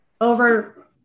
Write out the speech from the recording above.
over